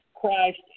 Christ